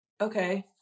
okay